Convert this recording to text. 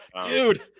Dude